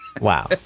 Wow